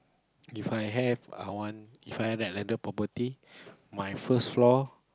If I have I want If I have that landed property my first floor